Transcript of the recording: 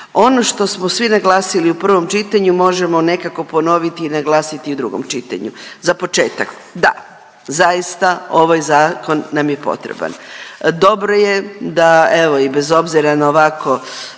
Ono što smo svi naglasili u prvom čitanju i možemo nekako ponoviti i naglasiti i u drugom čitanju, za početak, da, zaista ovaj zakon nam je potreban. Dobro je da evo i bez obzira na ovako